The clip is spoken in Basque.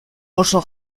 oso